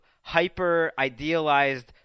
hyper-idealized